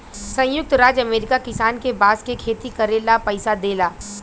संयुक्त राज्य अमेरिका किसान के बांस के खेती करे ला पइसा देला